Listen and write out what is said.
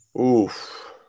Oof